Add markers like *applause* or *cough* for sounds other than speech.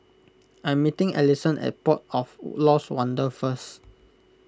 *noise* I'm meeting Alisson at Port of Lost Wonder first